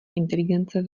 inteligence